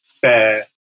fair